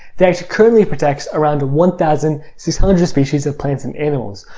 the act currently protects around one thousand six hundred species of plants and animals.